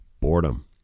boredom